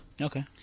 okay